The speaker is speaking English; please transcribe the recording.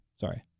Sorry